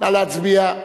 נא להצביע.